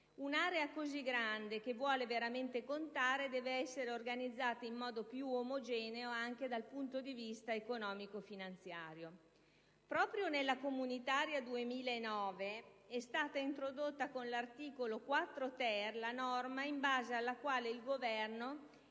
Un'area così grande, che vuole veramente contare, deve essere organizzata in modo più omogeneo anche dal punto di vista economico-finanziario. Proprio con la legge comunitaria 2009 è stata introdotta, all'articolo 4-*ter*, la norma in base alla quale il Governo